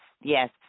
Yes